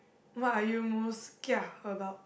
what are you most kia about